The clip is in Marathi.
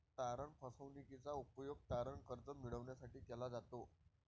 तारण फसवणूकीचा उपयोग तारण कर्ज मिळविण्यासाठी केला जातो